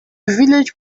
village